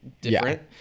different